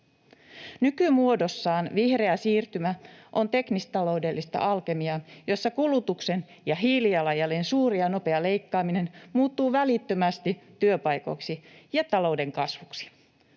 Nykymuodossaan vihreä siirtymä on teknistaloudellista alkemiaa, jossa kulutuksen ja hiilijalanjäljen suuri ja nopea leikkaaminen muuttuu välittömästi työpaikoiksi ja talouden kasvuksi.